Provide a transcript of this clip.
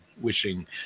wishing